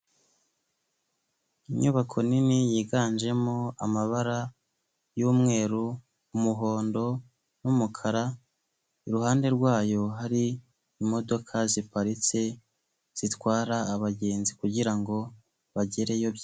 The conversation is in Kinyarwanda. Inyubako nini yiganjemo amabara y'umweru, umuhondo n'umukara, iruhande rwayo hari imodoka ziparitse, zitwara abagenzi kugirango bagereyo.